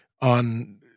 on